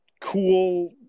cool